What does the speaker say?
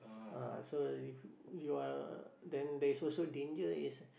ah so if you are then there is also danger is